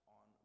on